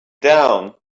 down